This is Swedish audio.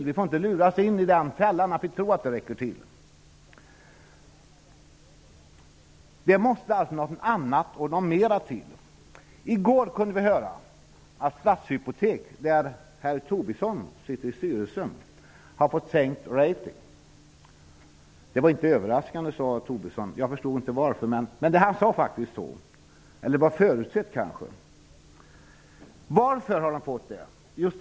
Vi får inte luras i fällan och tro att det här räcker. Det behövs ytterligare något. I går kunde vi höra att Stadshypotek -- herr Tobisson sitter ju med i dess styrelse -- har fått sänkt ''rating''. Det var inte överraskande, sade herr Tobisson. Jag förstår inte varför, men han sade faktiskt så -- ja, det var kanske förutsett. Varför har man fått sänkt ''rating''?